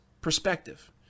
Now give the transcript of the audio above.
perspective